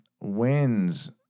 wins